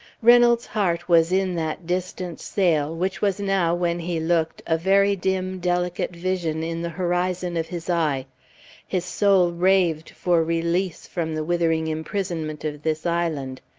reynolds' heart was in that distant sail, which was now, when he looked, a very dim delicate vision in the horizon of his eye his soul raved for release from the withering imprisonment of this island.